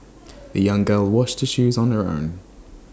the young girl washed the shoes on her own